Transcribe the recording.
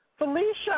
Felicia